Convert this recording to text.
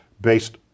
based